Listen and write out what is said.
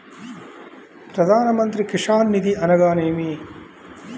ప్రధాన మంత్రి కిసాన్ నిధి అనగా నేమి?